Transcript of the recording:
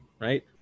right